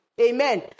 amen